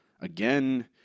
Again